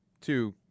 two